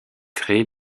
créée